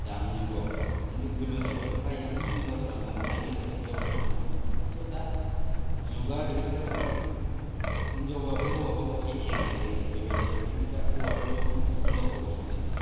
दानि जुगाव किन्तु गोदोहायबा प्रायानो हिनजावफोरा न'वाव थायो हिसाबै हिनजावफोरा सङोमोन किन्तु दा जुगा ओरैबायदि जाबाय कि हिनजावबाबो हौवाबाबो एखेयानोसै आरो बेबायदि ओंखायनो दा हौवाफ्राबो सङो हिनजावफ्राबो सङोसै